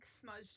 smudged